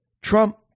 Trump